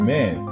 Man